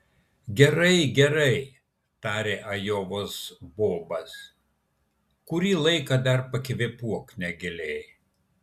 gerai gerai tarė ajovos bobas kurį laiką dar pakvėpuok negiliai